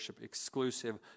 exclusive